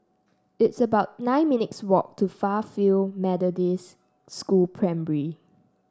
it's about nine minutes' walk to Fairfield Methodist School Primary